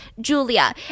Julia